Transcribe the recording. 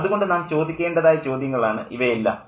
അതുകൊണ്ട് നാം ചോദിക്കേണ്ടതായ ചില ചോദ്യങ്ങളാണ് ഇവയെല്ലാം